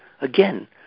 Again